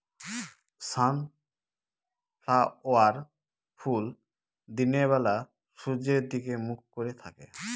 sunflower ফুল দিনের বেলা সূর্যের দিকে মুখ করে থাকে